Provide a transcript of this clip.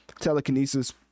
telekinesis